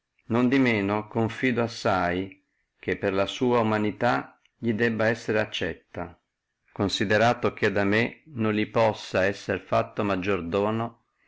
tamen confido assai che per sua umanità li debba essere accetta considerato come da me non li possa esser fatto maggiore dono